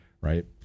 right